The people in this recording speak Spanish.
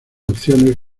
opciones